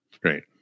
great